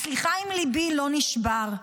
אז סליחה אם ליבי לא נשבר.